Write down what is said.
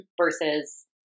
versus